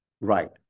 Right